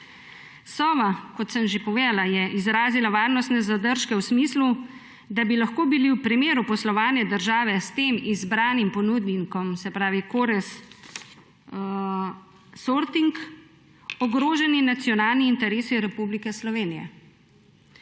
Sova, kot sem že povedala, je izrazila varnostne zadržke v smislu, da bi lahko bili v primeru poslovanja države s tem izbranim ponudnikom, se pravi Korez-Sorting, ogroženi nacionalni interesi Republike Slovenije.